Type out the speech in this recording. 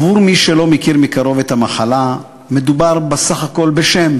עבור מי שלא מכיר מקרוב את המחלה מדובר בסך הכול בשם,